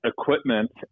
equipment